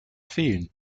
fehlen